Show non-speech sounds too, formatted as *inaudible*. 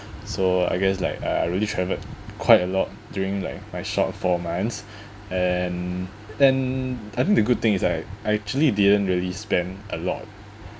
so I guess like uh I really travelled quite a lot during like my short four months *breath* and and I think the good thing is like I actually didn't really spend a lot